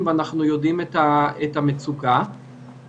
וברגע שאנחנו מקבלים את המשוב מכמות רבה של מטופלים,